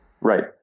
Right